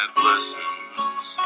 blessings